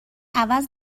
عوض